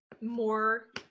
more